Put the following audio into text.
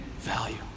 value